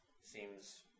Seems